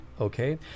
okay